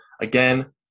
Again